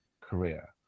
career